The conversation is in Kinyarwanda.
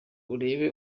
urebe